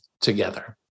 together